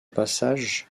passage